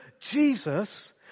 Jesus